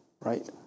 right